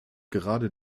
gerade